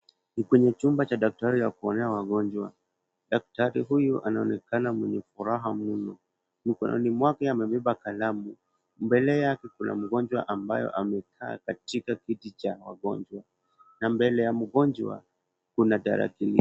Ni kwenye chumba cha daktari cha kuonea wagonjwa. Daktari huyu anaonekana mwenye furaha mno mkononi mwake amebeba kalamu, mbele yake kuna mgonjwa amekaa katika kiti cha wagonjwa. Na mbele ya mgonjwa kuna tarakilishi.